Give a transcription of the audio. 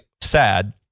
sad